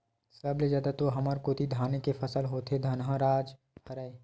सब ले जादा तो हमर कोती धाने के फसल ह होथे धनहा राज हरय